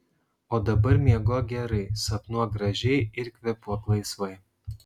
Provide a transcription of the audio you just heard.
o dabar miegok gerai sapnuok gražiai ir kvėpuok laisvai